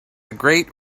great